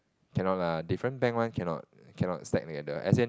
cannot lah different bank one cannot cannot stack together as in